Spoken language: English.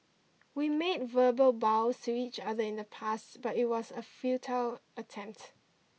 we made verbal vows to each other in the past but it was a futile attempt